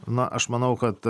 na aš manau kad